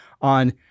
on